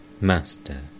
Master